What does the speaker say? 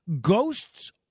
Ghosts